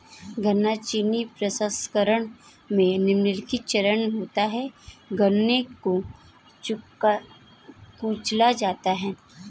गन्ना चीनी प्रसंस्करण में निम्नलिखित चरण होते है गन्ने को कुचला जाता है